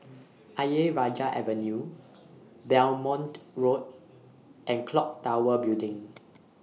Ayer Rajah Avenue Belmont Road and Clock Tower Building